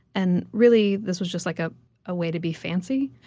and really, this was just like a ah way to be fancy.